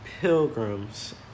pilgrims